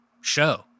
show